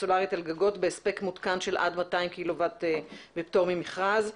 סולרית על גגות בהספק מותקן של עד 200 קילוואט בפטור ממכרז.